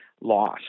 lost